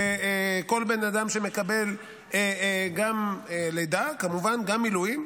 כל בן אדם שמקבל גם דמי לידה, כמובן גם מילואים,